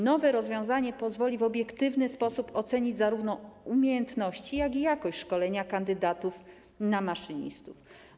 Nowe rozwiązanie pozwoli w obiektywny sposób ocenić zarówno umiejętności, jak i jakość szkolenia kandydatów na maszynistów.